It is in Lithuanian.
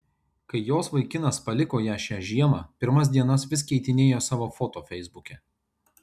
kai jos vaikinas paliko ją šią žiemą pirmas dienas vis keitinėjo savo foto feisbuke